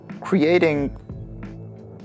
creating